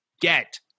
get